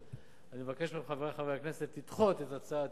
אני מבקש מחברי חברי הכנסת לדחות את הצעת